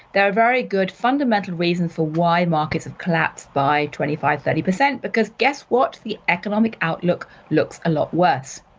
there are very good fundamental reasons for why markets have and collapsed by twenty five, thirty percent because guess what? the economic outlook looks a lot worse.